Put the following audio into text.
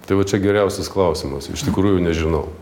tai va čia geriausias klausimas iš tikrųjų nežinau